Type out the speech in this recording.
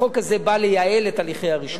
החוק הזה בא לייעל את הליכי הרישום.